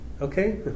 Okay